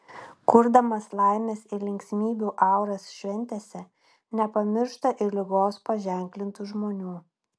kurdamas laimės ir linksmybių auras šventėse nepamiršta ir ligos paženklintų žmonių